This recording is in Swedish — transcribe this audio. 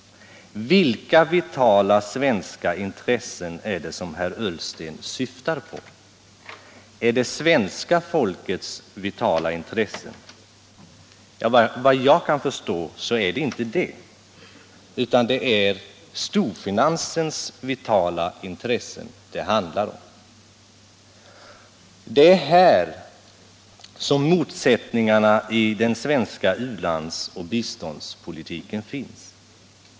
Vilka vitala intressen är det som herr Ullsten syftar på? Är det svenska folkets vitala intressen? Efter vad jag kan förstå är det inte så, utan det är storfinansens vitala intressen det handlar om. Det är här som motsättningarna i den svenska u-lands och biståndspolitiken finns.